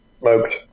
Smoked